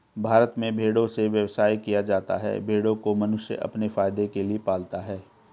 भारत में भेड़ों से व्यवसाय किया जाता है भेड़ों को मनुष्य अपने फायदे के लिए पालता है